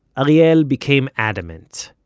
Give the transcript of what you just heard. ariel became adamant.